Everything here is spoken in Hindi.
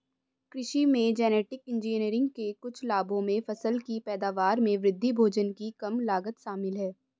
कृषि में जेनेटिक इंजीनियरिंग के कुछ लाभों में फसल की पैदावार में वृद्धि, भोजन की कम लागत शामिल हैं